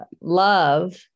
love